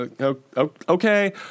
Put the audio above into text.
Okay